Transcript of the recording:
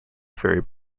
ferry